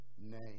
name